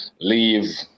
leave